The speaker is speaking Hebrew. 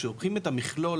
כשלוקחים את המכלול,